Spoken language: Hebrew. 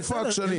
איפה הכשלים,